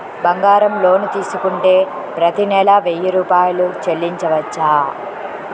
బంగారం లోన్ తీసుకుంటే ప్రతి నెల వెయ్యి రూపాయలు చెల్లించవచ్చా?